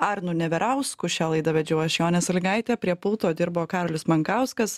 arnu neverausku šią laidą vedžiau aš jonė sąlygaitė prie pulto dirbo karolis mankauskas